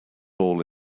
all